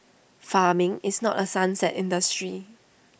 farming is not A sunset industry